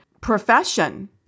profession